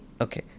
Okay